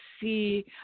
see